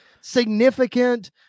significant